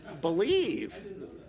believe